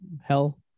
hell